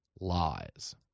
lies